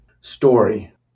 story